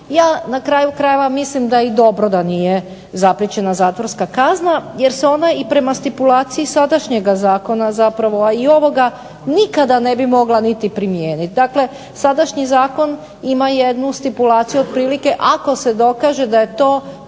Ja na kraju krajeva mislim da je i dobro da nije zapriječena zatvorska kazna jer se ona i prema stipulaciji sadašnjega zakona a i ovoga nikada ne bi mogla niti primijeniti. Dakle, sadašnji zakon ima jednu stipulaciju otprilike ako se dokaže da je to